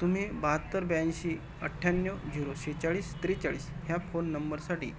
तुम्ही बाहत्तर ब्याऐंशी अठ्ठावन्न झिरो सेहेचाळीस त्रेचाळीस ह्या फोन नंबरसाठी